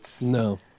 No